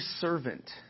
servant